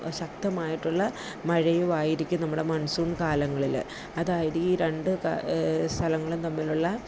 ശക്തമായിട്ടുള്ള മഴയുമായിരിക്കും നമ്മുടെ മൺസൂൺ കാലങ്ങളിൽ അതായത് ഈ രണ്ട് കാ സ്ഥലങ്ങളും തമ്മിലുള്ള